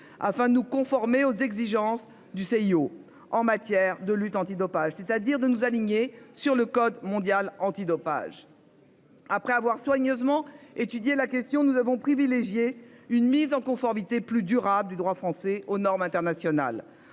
Afin de nous conformer aux exigences du CIO en matière de lutte antidopage, c'est-à-dire de nous aligner sur le code mondial antidopage. Après avoir soigneusement étudié la question, nous avons privilégié une mise en conformité plus durable du droit français aux normes internationales